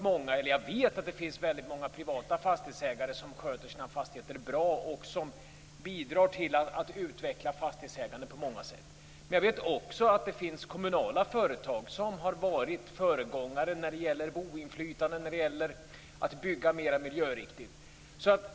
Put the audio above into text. Jag vet att det finns väldigt många privata fastighetsägare som sköter sina fastigheter bra och som på många sätt bidrar till att utveckla fastighetsägandet, men jag vet också att det finns kommunala företag som har varit föregångare när det gäller boinflytande och att bygga mera miljöriktigt.